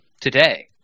today